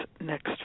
next